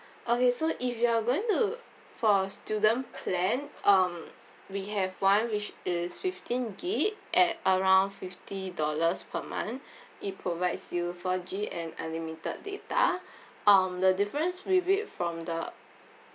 okay so if you are going to for student plan um we have one which is fifteen gig at around fifty dollars per month it provides you four G and unlimited data um the difference will be from the